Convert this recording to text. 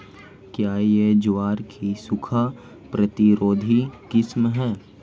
क्या यह ज्वार की सूखा प्रतिरोधी किस्म है?